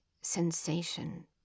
sensation